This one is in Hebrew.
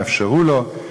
יאפשרו לו,